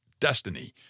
destiny